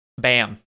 Bam